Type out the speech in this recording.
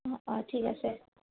অঁ অঁ ঠিক আছে